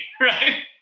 right